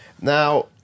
Now